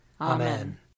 Amen